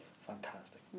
Fantastic